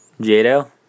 Jado